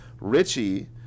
richie